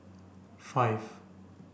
five